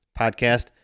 podcast